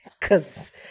Cause